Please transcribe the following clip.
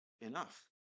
enough